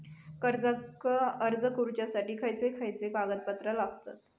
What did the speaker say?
कर्जाक अर्ज करुच्यासाठी खयचे खयचे कागदपत्र लागतत